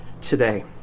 today